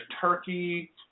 turkey